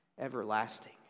everlasting